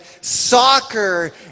soccer